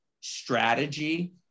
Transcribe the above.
strategy